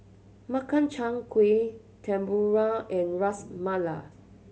Makchang Gui Tempura and Ras Malai